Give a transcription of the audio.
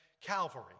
Calvary